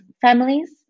families